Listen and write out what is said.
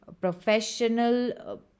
professional